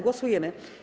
Głosujemy.